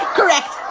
Correct